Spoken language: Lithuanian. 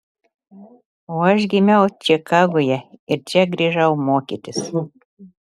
o aš gimiau čikagoje ir čia grįžau mokytis